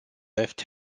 left